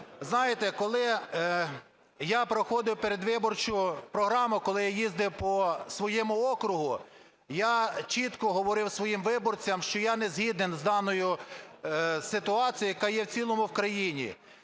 Знаєте, коли я проходив передвиборчу програму, коли я їздив по своєму округу, я чітко говорив своїм виборцям, що я не згоден з даною ситуацією, яка є в цілому в країні.